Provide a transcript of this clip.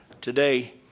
today